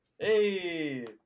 Hey